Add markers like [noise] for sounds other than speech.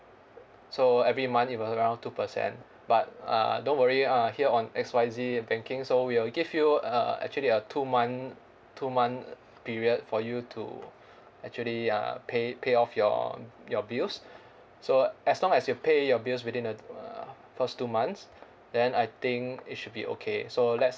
so every month it'll around two percent but uh don't worry uh here on X Y Z banking so we'll give you a actually a two month two month period for you to [breath] actually uh pay pay off your your bills [breath] so as long as you pay your bills within uh first two months then I think it should be okay so let's